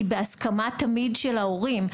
היא בהסכמה תמיד של ההורים.